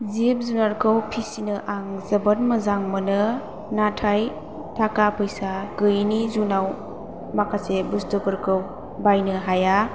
जिब जुनारखौ फिसिनो आं जोबोद मोजां मोनो नाथाय थाखा फैसा गोयैनि जुनाव माखासे बुस्थुफोरखौ बायनो हाया